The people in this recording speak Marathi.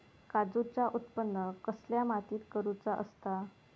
काजूचा उत्त्पन कसल्या मातीत करुचा असता?